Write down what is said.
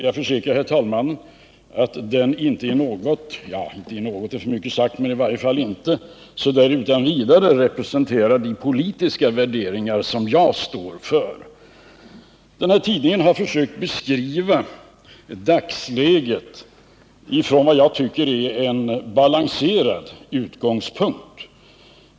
Jag försäkrar herr talmannen att den inte utan vidare representerar de politiska värderingar jag står för. Den här tidningen har försökt beskriva dagsläget från vad jag tycker är en balanserad utgångspunkt.